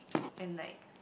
and like